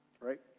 right